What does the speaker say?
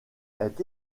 est